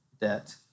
debt